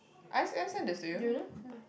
I sent I sent this to you yeah yeah